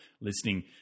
listening